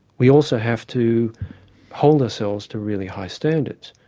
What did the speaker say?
we also have to hold ourselves to really high standards,